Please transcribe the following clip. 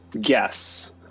guess